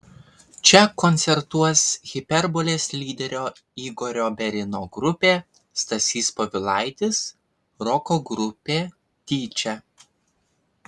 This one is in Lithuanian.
čia koncertuos hiperbolės lyderio igorio berino grupė stasys povilaitis roko grupė tyčia